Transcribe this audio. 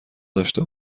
داشته